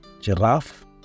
giraffe